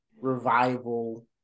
revival